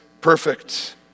perfect